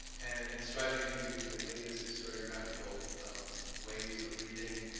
and and striving to use the latest historiographical ways of reading,